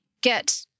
get